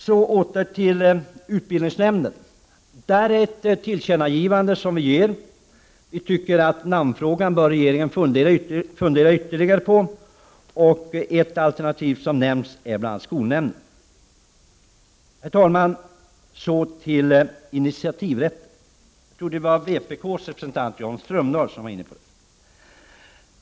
Beträffande utbildningsnämnden har utskottet ett tillkännagivande. Vi tycker att regeringen bör fundera ytterligare på namnfrågan. Ett alternativ som nämnts är skolnämnden. Herr talman! Jag tror att det var vpk:s representant, Jan Strömdahl, som tog upp frågan om initiativrätten.